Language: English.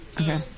okay